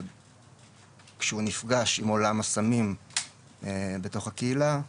כשהוא נפגש עם עולם הסמים בתוך הקהילה,